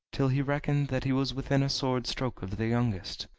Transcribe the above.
till he reckoned that he was within a sword's stroke of the youngest,